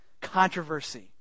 Controversy